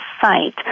site